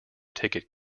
ticket